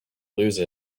lose